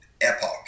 epoch